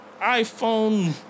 iPhone